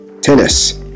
Tennis